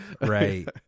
Right